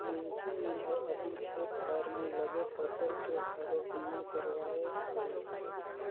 मइनसे मन हर अपन खेत खार में लगे फसल के घलो बीमा करवाये